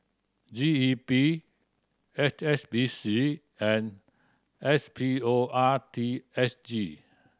G E P H S B C and S P O R T S G